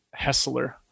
hessler